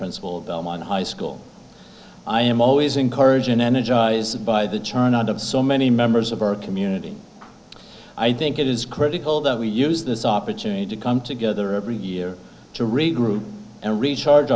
principal belmont high school i am always encouraging energized by the chardon of so many members of our community i think it is critical that we use this opportunity to come together every year to regroup and recharge